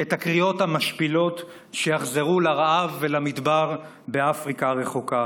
את הקריאות המשפילות שיחזרו לרעב ולמדבר באפריקה הרחוקה.